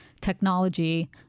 technology